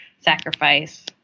sacrifice